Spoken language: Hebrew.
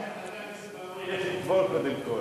אני מציע שחבר הכנסת בר-און ילך לטבול קודם כול.